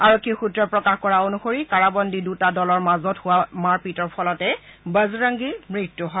আৰক্ষী সূত্ৰই প্ৰকাশ কৰা অনুসৰি কাৰাবন্দী দুটা দলৰ মাজত হোৱা মাৰপিটৰ ফলতে বজৰংগীৰ মৃত্যু হয়